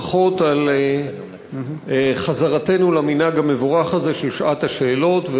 ברכות על חזרתנו למנהג המבורך הזה של שעת השאלות,